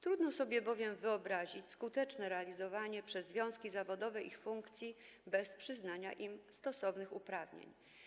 Trudno sobie bowiem wyobrazić skuteczne realizowanie przez związki zawodowe ich funkcji bez przyznania im stosownych uprawnień.